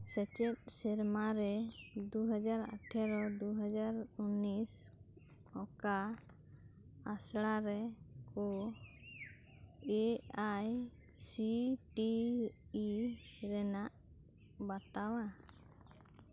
ᱥᱮᱪᱮᱫ ᱥᱮᱨᱢᱟᱨᱮ ᱫᱩ ᱦᱟᱡᱟᱨ ᱟᱴᱷᱮᱨᱚ ᱫᱩ ᱦᱟᱡᱟᱨ ᱩᱱᱤᱥ ᱚᱠᱟ ᱟᱥᱲᱟ ᱨᱮ ᱠᱚ ᱮ ᱟᱭ ᱥᱤ ᱴᱤ ᱤ ᱨᱮᱱᱟᱜ ᱵᱟᱛᱟᱣᱟ